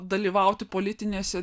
dalyvauti politinėse